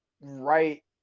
right